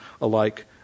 alike